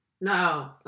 No